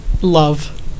love